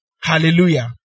Hallelujah